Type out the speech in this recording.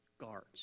guards